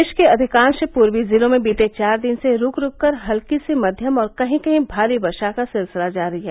प्रदेश के अधिकांश पूर्वी जिलों में बीते चार दिन से रूक रूक कर हल्की से मध्यम और कहीं कहीं भारी वर्षा का सिलसिला जारी है